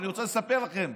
אני רוצה לספר לכם,